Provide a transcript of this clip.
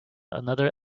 another